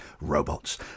robots